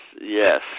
yes